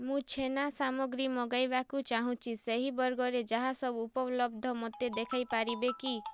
ମୁଁ ଛେନା ସାମଗ୍ରୀ ମଗାଇବାକୁ ଚାହୁଁଛି ସେହି ବର୍ଗରେ ଯାହା ସବୁ ଉପଲବ୍ଧ ମୋତେ ଦେଖାଇ ପାରିବେ କି